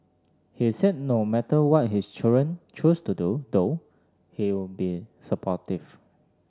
he said no matter what his children choose to do though he'll be supportive